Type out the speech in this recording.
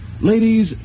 Ladies